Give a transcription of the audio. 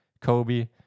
Kobe